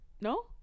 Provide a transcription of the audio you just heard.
No